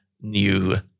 new